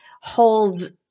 holds